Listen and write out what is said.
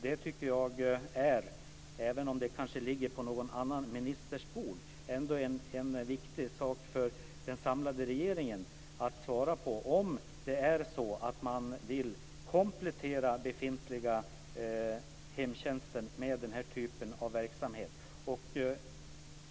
Jag tycker, även om det kanske ligger på någon annan ministers bord, att det är en viktig sak för den samlade regeringen att svara på om den vill komplettera den befintliga hemtjänsten med den här typen av verksamhet.